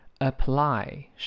Apply